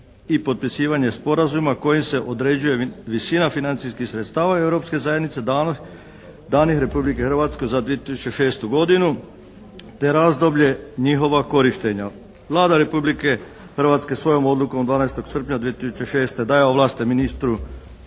i potpisivanje sporazuma kojim se određuje visina financijskih sredstava Europske zajednice danih Republici Hrvatskoj za 2006. godinu, te razdoblje njihova korištenja. Vlada Republike Hrvatske svojom odlukom od 12. srpnja 2006. daje ovlasti ministru